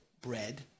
bread